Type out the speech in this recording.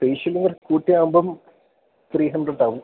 facial കൂട്ടിയാവുമ്പം three hundred ആവും